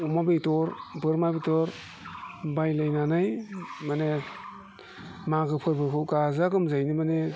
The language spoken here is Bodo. अमा बेदर बोरमा बेदर बायलायनानै माने मागो फोरबोखौ गाजा गोमजायैनो माने